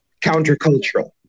countercultural